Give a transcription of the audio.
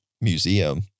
museum